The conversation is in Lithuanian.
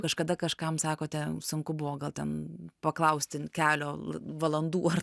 kažkada kažkam sakote sunku buvo gal ten paklausti kelio valandų ar